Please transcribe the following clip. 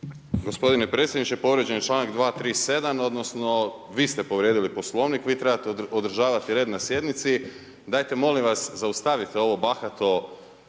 Gospodine predsjedniče, povrijeđen je članak 237. odnosno vi ste povrijedili Poslovnik, vi trebate održavati red na sjednici, dajte molim vas zaustavite ovo bahato